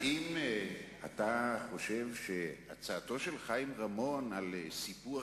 האם אתה חושב שהצעתו של חיים רמון על סיפוח